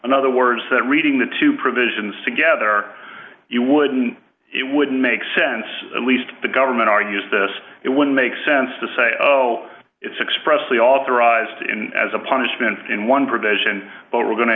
another words that reading the two provisions together you wouldn't it wouldn't make sense at least the government argues this it would make sense to say oh it's expressly authorized in as a punishment in one provision but we're going to